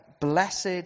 blessed